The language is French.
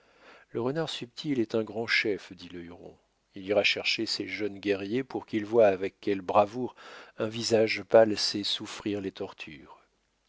le renard subtil est un grand chef dit le huron il ira chercher ses jeunes guerriers pour qu'ils voient avec quelle bravoure un visage pâle sait souffrir les tortures